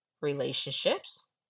relationships